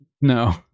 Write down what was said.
No